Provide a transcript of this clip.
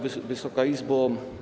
Wysoka Izbo!